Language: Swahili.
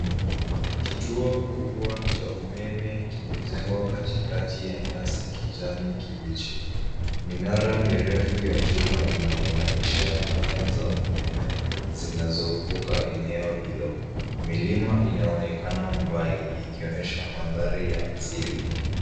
Kituo kikubwa cha umeme kimejengwa katikati ya nyasi kijani kibichi. Minara mirefu ya chuma inayounganisha nyayo za umeme zinazovuka eneo hilo. Milima inaonekana mbali ikionesha mandhari ya asili.